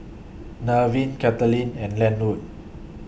Nevin Caitlynn and Lenwood